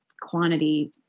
quantity